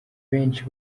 benshi